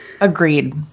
agreed